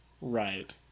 Right